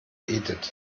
edith